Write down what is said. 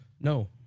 No